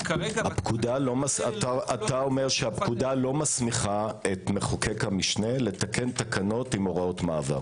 אתה אומר שהפקודה לא מסמיכה את מחוקק המשנה לתקן תקנות עם הוראות מעבר?